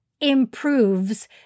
improves